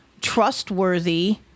trustworthy